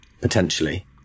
potentially